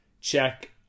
check